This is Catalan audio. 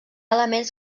elements